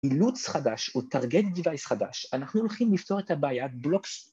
‫אילוץ חדש או target device חדש, ‫אנחנו הולכים לפתור את הבעיה בלוקס...